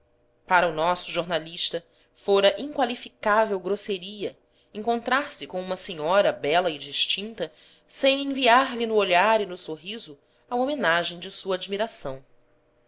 para o nosso jornalista fora inqualificável grosse ria encontrar-se com uma senhora bela e distinta sem enviar-lhe no olhar e no sorriso a homenagem de sua admi ração